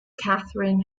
kathryn